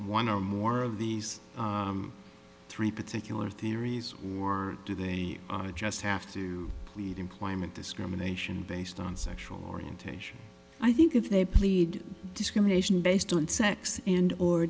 one or more of these three particular theories or do they just have to plead employment discrimination based on sexual orientation i think if they plead discrimination based on sex and or